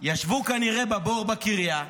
ישבו כנראה בבור בקריה,